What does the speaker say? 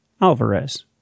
Alvarez